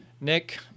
Nick